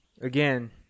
Again